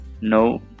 no